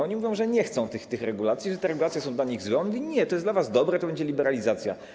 Oni mówią, że nie chcą tych regulacji, że te regulacje są dla nich złe, a on mówi: nie, to jest dla was dobre, to będzie liberalizacja.